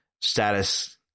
status